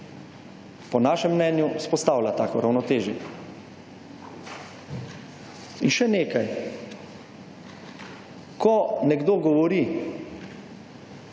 po našem mnenju vzpostavlja tako ravnotežje. In še nekaj. Ko nekdo govori